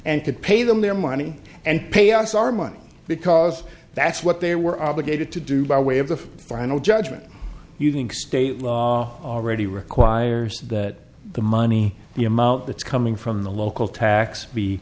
could pay them their money and payouts our money because that's what they were obligated to do by way of the final judgment using state law already requires that the money the amount that's coming from the local tax be